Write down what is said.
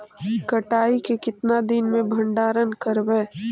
कटाई के कितना दिन मे भंडारन करबय?